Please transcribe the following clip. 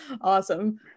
awesome